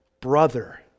brother